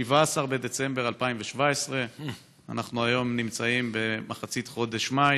ב-17 בדצמבר 2017. אנחנו היום נמצאים במחצית חודש מאי,